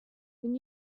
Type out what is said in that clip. when